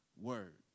word